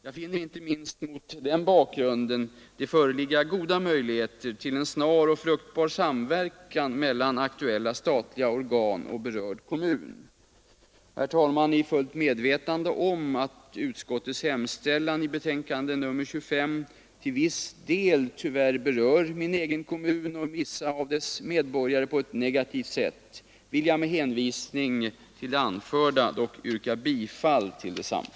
Jag finner det inte minst mot denna bakgrund föreligga goda möjligheter till en snar och fruktbar samverkan mellan aktuella statliga organ och berörd kommun. Herr talman! I fullt medvetande om att utskottets hemställan i betänkande nr 25 till viss del på ett negativt sätt berör min egen hemkommun och vissa av dess medborgare vill jag med hänvisning till det anförda dock yrka bifall till densamma.